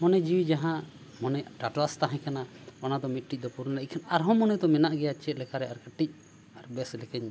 ᱢᱚᱱᱮ ᱡᱤᱣᱤ ᱡᱟᱦᱟᱸ ᱢᱚᱱᱮ ᱴᱟᱴᱚᱣᱟᱥ ᱛᱟᱦᱮᱸ ᱠᱟᱱᱟ ᱚᱱᱟ ᱫᱚ ᱢᱤᱫᱴᱤᱡ ᱰᱚ ᱯᱩᱨᱚᱱ ᱦᱮᱡ ᱠᱟᱱᱟ ᱟᱨ ᱦᱚᱸ ᱢᱚᱱᱮ ᱫᱚ ᱢᱮᱱᱟᱜ ᱜᱮᱭᱟ ᱪᱮᱫ ᱞᱮᱠᱟ ᱨᱮ ᱟᱨ ᱠᱟᱹᱴᱤᱡ ᱟᱨ ᱵᱮᱹᱥ ᱞᱮᱠᱟᱧ